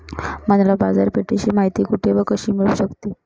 मला बाजारपेठेची माहिती कुठे व कशी मिळू शकते?